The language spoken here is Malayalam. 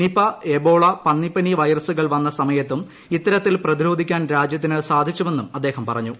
നിപ എബോള പന്നിപ്പനി ്യ് വൈറസുകൾ വന്ന സമയത്തും ഇത്തരത്തിൽ പ്രതിരോധ്പിക്കാൻ രാജ്യത്തിനു സാധിച്ചുവെന്നും അദ്ദേഹം പറഞ്ഞു